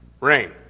Rain